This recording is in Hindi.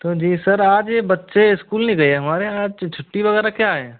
तो जी सर आज ये बच्चे इस्कूल नहीं गए हमारे आज छुट्टी वगैरह क्या है